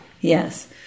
Yes